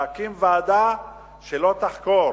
להקים ועדה שלא תחקור